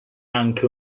anche